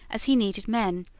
as he needed men,